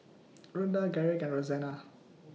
Ronda Garrick and Rozanne